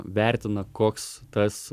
vertina koks tas